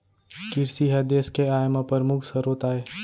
किरसी ह देस के आय म परमुख सरोत आय